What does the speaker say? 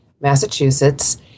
Massachusetts